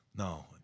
No